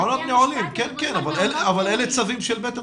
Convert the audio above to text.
מעונות נעולים, אבל אלה צווים של בית המשפט.